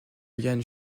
yuan